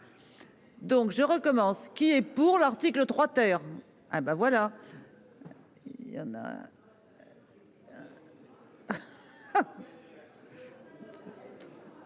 Donc je recommence. Qui est pour l'article 3 terme ah bah voilà.